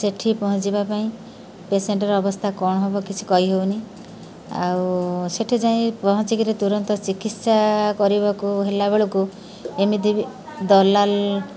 ସେଇଠି ପହଞ୍ଚିବା ପାଇଁ ପେସେଣ୍ଟର ଅବସ୍ଥା କ'ଣ ହବ କିଛି କହିହଉନି ଆଉ ସେଇଠି ଯାଇ ପହଞ୍ଚିକିରି ତୁରନ୍ତ ଚିକିତ୍ସା କରିବାକୁ ହେଲା ବେଳକୁ ଏମିତି ଦଲାଲ୍